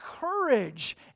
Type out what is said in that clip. courage